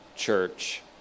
church